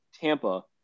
Tampa